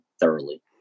thoroughly